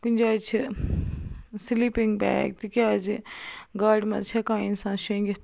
کُنہِ جاے چھِ سِلیٖپِنٛگ بیگ تِکیٛازِ گاڑِ منٛز چھُ ہٮ۪کان اِنسان شۄنٛگِتھ